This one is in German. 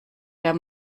der